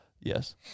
Yes